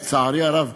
לצערי הרב,